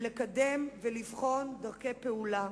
ולקדם ולבחון דרכי פעולה.